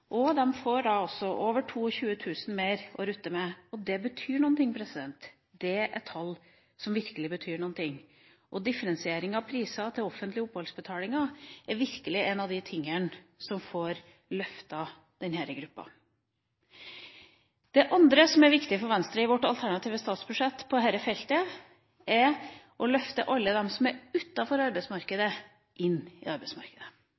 og hun får da altså over 22 000 kr mer å rutte med. Det betyr noe. Det er tall som virkelig betyr noe. Differensiering av priser til offentlige oppholdsbetalinger er virkelig en av de tingene som får løftet denne gruppa. Det andre som er viktig for Venstre i vårt alternative statsbudsjett på dette feltet, er å løfte alle dem som er utenfor arbeidsmarkedet, inn i arbeidsmarkedet.